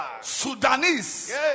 Sudanese